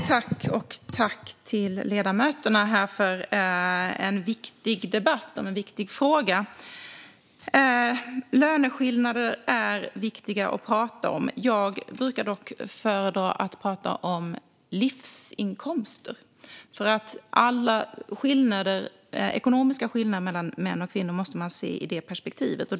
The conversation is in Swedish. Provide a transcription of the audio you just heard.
Herr talman! Jag tackar ledamöterna för en viktig debatt om en viktig fråga. Löneskillnader är viktiga att prata om. Jag brukar dock föredra att prata om livsinkomster. Alla ekonomiska skillnader mellan män och kvinnor måste ses i det perspektivet.